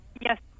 Yes